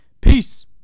Peace